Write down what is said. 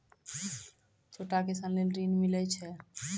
छोटा किसान लेल ॠन मिलय छै?